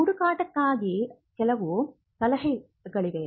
ಹುಡುಕಾಟಕ್ಕಾಗಿ ಕೆಲವು ಸಲಹೆಗಳಿವೆ